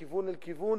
מכיוון לכיוון.